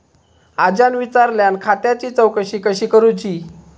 आज्यान विचारल्यान खात्याची चौकशी कशी करुची?